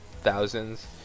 thousands